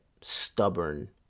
stubborn